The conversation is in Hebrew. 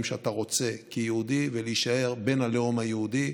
שאתה רוצה כיהודי ולהישאר בן הלאום היהודי,